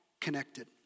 connected